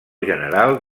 general